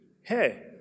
Hey